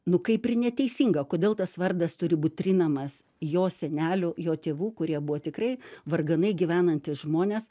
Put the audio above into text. nu kaip ir neteisinga kodėl tas vardas turi būt trinamas jo senelių jo tėvų kurie buvo tikrai varganai gyvenantys žmonės